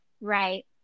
Right